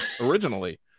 originally